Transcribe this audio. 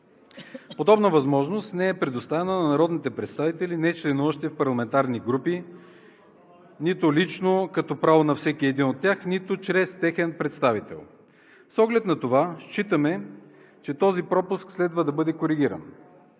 Подобна възможност не е предоставена на народните представители, нечленуващи в парламентарни групи, нито лично като право на всеки един от тях, нито чрез техен представител. С оглед на това считаме, че този пропуск следва да бъде коригиран.